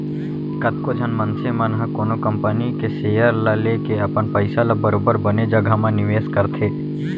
कतको झन मनसे मन ह कोनो कंपनी के सेयर ल लेके अपन पइसा ल बरोबर बने जघा म निवेस करथे